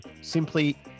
simply